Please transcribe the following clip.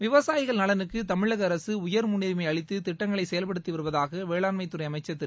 விவசாயிகள் நலனுக்கு தமிழக அரசு உயர் முன்னுரிமை அளித்து திட்டங்களை செயல்படுத்தி வருவதாக வேளாண்துறை அமைச்சர் திரு